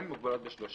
הן מוגבלות ב-30